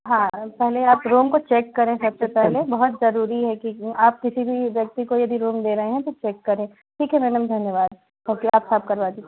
हाँ पहले आप रूम को चेक करें सबसे पहले बहुत जरुरी है कि आप किसी भी व्यक्ति को अगर रूम दे रहे है तो चेक करें ठीक है मैडम धन्यवाद बाकि आप साफ़ करवा दीजिए